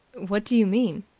what do you mean?